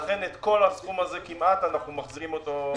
לכן את כל הסכום הזה כמעט אנחנו מחזירים לחברות.